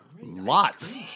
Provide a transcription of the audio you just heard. Lots